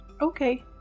Okay